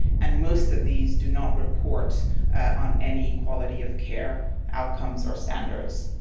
and most of these do not report on any quality of care outcomes or standards.